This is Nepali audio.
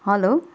हेलो